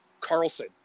Carlson